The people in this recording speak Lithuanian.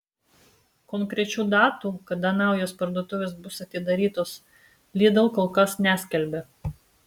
konkrečių datų kada naujos parduotuvės bus atidarytos lidl kol kas neskelbia